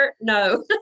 No